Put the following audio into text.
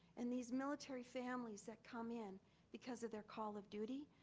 and these military families that come in because of their call of duty,